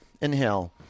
Inhale